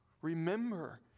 Remember